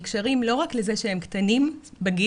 נקשרים לא רק לזה שהם קטנים בגיל,